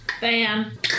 Bam